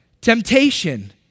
Temptation